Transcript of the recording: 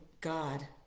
God